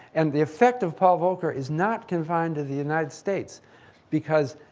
and the effect of paul volcker is not confined to the united states because,